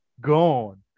gone